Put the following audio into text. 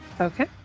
Okay